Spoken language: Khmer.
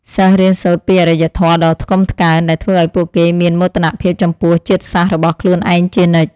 សិស្សរៀនសូត្រពីអរិយធម៌ដ៏ថ្កុំថ្កើងដែលធ្វើឱ្យពួកគេមានមោទនភាពចំពោះជាតិសាសន៍របស់ខ្លួនឯងជានិច្ច។